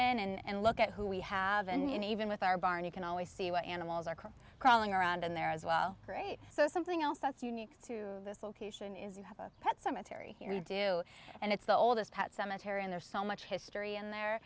in and look at who we haven't even with our barn you can always see what animals are crawling around in there as well great so something else that's unique to this location is you have a pet cemetery you do and it's the oldest pet cemetery and there's so much history in there